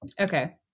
Okay